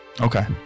Okay